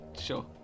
Sure